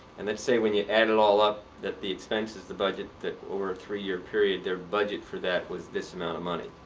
and let's say, when you add it all up that the expenses, the budget, over a three year period, their budget for that was this amount of money.